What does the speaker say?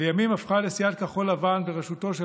שלימים הפכה לסיעת כחול לבן בראשותו של